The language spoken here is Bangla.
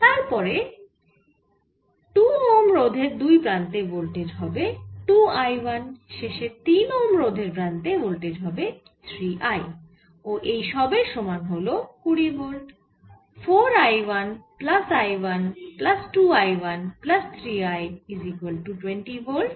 তারপর 2ওহম রোধের দুই প্রান্তে ভোল্টেজ হবে 2 I1 শেষে 3 ওহম রোধের দুই প্রান্তে ভোল্টেজ হবে 3I ও এই সবের সমান হল 20 ভোল্ট